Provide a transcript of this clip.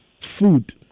Food